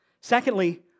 Secondly